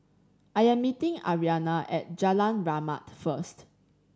I am meeting Arianna at Jalan Rahmat first